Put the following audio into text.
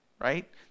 right